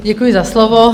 Děkuji za slovo.